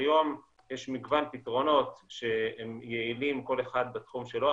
כיום יש מגוון פתרונות שהם יעילים כל אחד בתחום שלו,